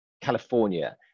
California